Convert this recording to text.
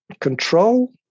control